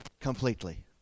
completely